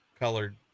colored